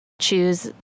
choose